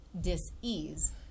dis-ease